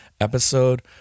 episode